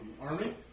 army